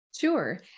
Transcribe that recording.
Sure